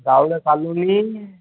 Gowda colony